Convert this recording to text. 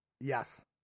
Yes